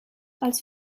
als